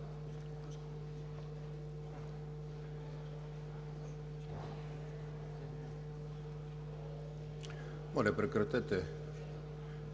Благодаря,